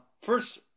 First